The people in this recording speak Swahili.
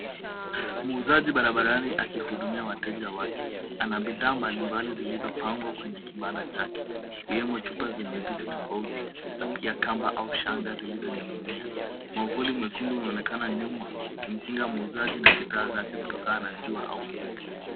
Muuzaji barabarani akihudumia wateja wake. Anabidhaa mbalimbali zilizopangwa kwenye kibanda chake. Zikiwemo chupa zenye vitu tofauti na pia kamba au shanga zilizoning'inia. Mwavuli mwekundu umeonekana nyuma ukimkinga muuzaji na bidhaa zake kutokana jua au mvua.